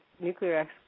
nuclear